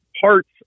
parts